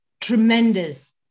tremendous